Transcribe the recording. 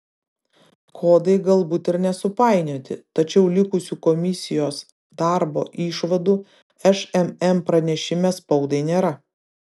kodai galbūt ir nesupainioti tačiau likusių komisijos darbo išvadų šmm pranešime spaudai nėra